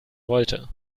wollte